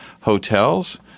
hotels